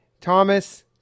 Thomas